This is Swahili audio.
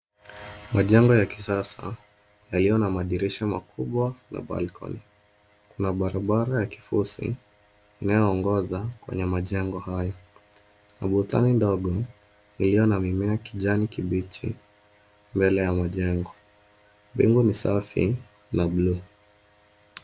Majengo ya kisasa yaliyo na madirisha makubwa na balcony . Kuna barabara ya kifusi inayoongoza kwenye majengo hayo. Mabustani ndogo iliyo na mimea ya kijani kibichi mbele ya majengo. Mbingu ni safi, la bluu.